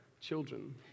children